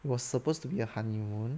was supposed to be a honeymoon